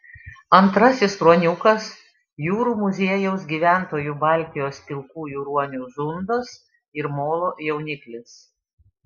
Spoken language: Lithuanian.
antrasis ruoniukas jūrų muziejaus gyventojų baltijos pilkųjų ruonių zundos ir molo jauniklis